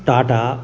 Tata